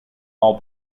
all